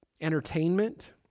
entertainment